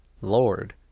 Lord